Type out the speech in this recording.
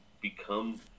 become